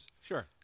Sure